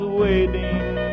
waiting